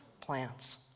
plants